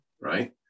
right